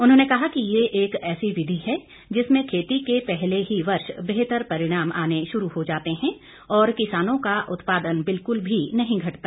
उन्होंने कहा कि यह एक ऐसी विधि है जिसमें खेती के पहले ही वर्ष बेहतर परिणाम आने शुरू हो जाते हैं और किसानों का उत्पादन बिल्कुल भी नहीं घटता